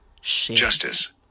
Justice